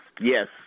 Yes